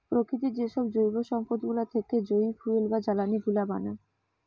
প্রকৃতির যেসব জৈব সম্পদ গুলা থেকে যই ফুয়েল বা জ্বালানি গুলা বানায়